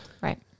Right